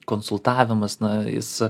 konsultavimas na jis